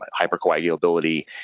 hypercoagulability